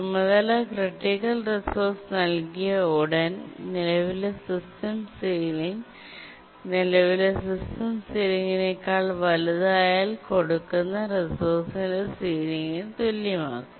ചുമതല critical resource നൽകിയ ഉടൻ നിലവിലെ സിസ്റ്റം സെയ്ലിംഗ് നിലവിലെ സിസ്റ്റം സിലിങ്ങിനെക്കാൾ വലുതായാൽ കൊടുക്കുന്ന റിസോഴ്സ്സിന്റെ സിലിങ്ങിന് തുല്യമാക്കുന്നു